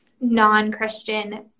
non-Christian